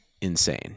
insane